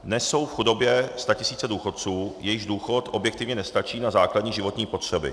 Dnes jsou v chudobě statisíce důchodců, jejichž důchod objektivně nestačí na základní životní potřeby.